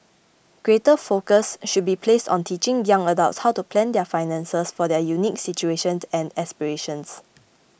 greater focus should be placed on teaching young adults how to plan their finances for their unique situations and aspirations